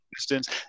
distance